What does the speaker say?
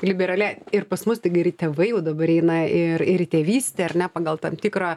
liberali ir pas mus tik geri tėvai jau dabar eina ir ir į tėvystę ar ne pagal tam tikrą